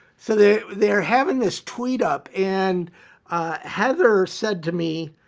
so they're they're having this tweetup and heather said to me,